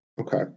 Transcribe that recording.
Okay